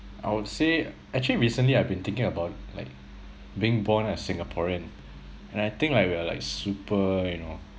I would say actually recently I've been thinking about like being born as singaporean and I think like we are like super you know